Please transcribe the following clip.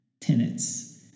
tenets